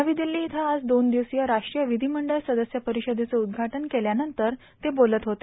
नवी दिल्ली इथं आज दोन दिवसीय राष्ट्रीय विधिमंडळ सदस्य परिषदेचं उद्घाटन केल्यानंतर ते बोलत होते